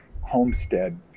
homestead